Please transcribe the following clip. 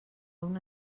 una